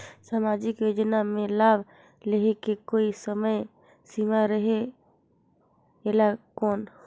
समाजिक योजना मे लाभ लहे के कोई समय सीमा रहे एला कौन?